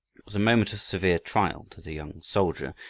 it was a moment of severe trial to the young soldier.